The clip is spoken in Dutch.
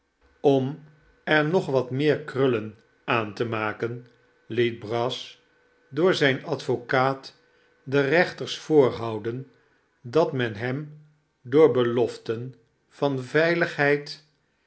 om er nog wat meer krullen aan te maken liet brass door zijn advocaat den rechters voorhouden dat men hem door beloften van veiligheid